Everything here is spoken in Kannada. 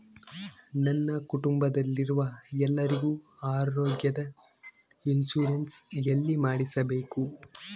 ನನ್ನ ಕುಟುಂಬದಲ್ಲಿರುವ ಎಲ್ಲರಿಗೂ ಆರೋಗ್ಯದ ಇನ್ಶೂರೆನ್ಸ್ ಎಲ್ಲಿ ಮಾಡಿಸಬೇಕು?